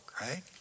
right